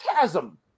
chasm